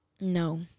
No